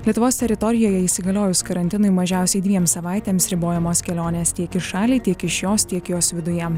lietuvos teritorijoje įsigaliojus karantinui mažiausiai dviem savaitėms ribojamos kelionės tiek į šalį tiek iš jos tiek jos viduje